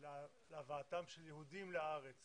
להבאתם של יהודים לארץ